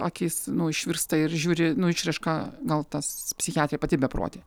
akys nu išvirsta ir žiūri nu išraiška gal tas psichiatrė pati beprotė